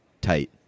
tight